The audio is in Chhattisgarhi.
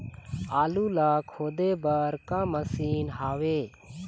आलू ला खोदे बर का मशीन हावे?